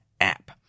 app